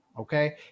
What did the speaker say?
Okay